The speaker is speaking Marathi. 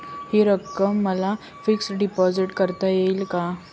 हि रक्कम मला फिक्स डिपॉझिट करता येईल का?